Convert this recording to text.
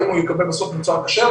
האם הוא יקבל בסוף מוצר כשר,